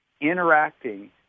interacting